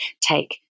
take